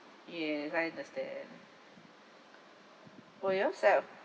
yes I understand for yourself